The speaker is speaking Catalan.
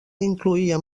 incloïa